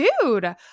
Dude